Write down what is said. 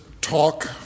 talk